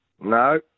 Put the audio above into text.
No